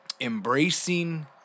embracing